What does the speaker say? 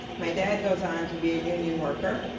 my dad goes on to be a union worker.